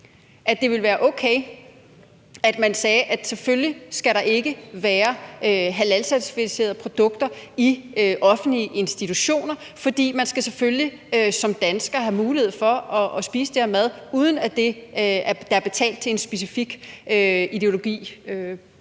minimum ville være okay, at man sagde, at der ikke skal være halalcertificerede produkter i offentlige institutioner, fordi man selvfølgelig som dansker skal have mulighed for at spise den her mad, uden at der er betalt til en specifik ideologi